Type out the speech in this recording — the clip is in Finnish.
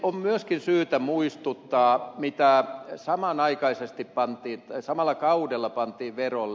on myöskin syytä muistuttaa mitä samalla kaudella pantiin verolle